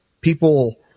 people